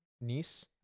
Nice